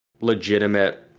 legitimate